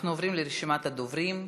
אנחנו עוברים לרשימת הדוברים.